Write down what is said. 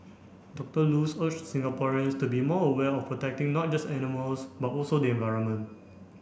Doctor Luz urged Singaporeans to be more aware of protecting not just animals but also the environment